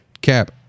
Cap